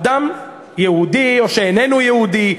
אדם יהודי או שאיננו יהודי,